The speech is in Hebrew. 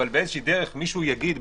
אבל באיזושהי דרך מישהו יגיד,